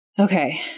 Okay